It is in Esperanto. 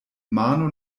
mano